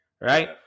right